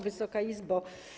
Wysoka Izbo!